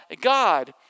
God